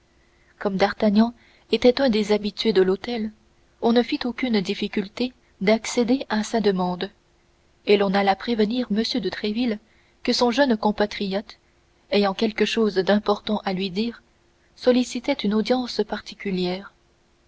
comme d'artagnan était un des habitués de l'hôtel on ne fit aucune difficulté d'accéder à sa demande et l'on alla prévenir m de tréville que son jeune compatriote ayant quelque chose d'important à lui dire sollicitait une audience particulière